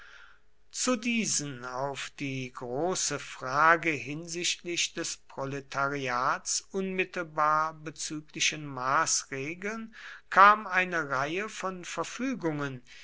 zu diesen auf die große frage hinsichtlich des proletariats unmittelbar bezüglichen maßregeln kam eine reihe von verfügungen